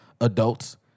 adults